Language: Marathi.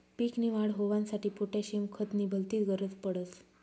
पीक नी वाढ होवांसाठी पोटॅशियम खत नी भलतीच गरज पडस